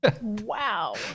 wow